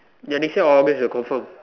ya next year August is a confirm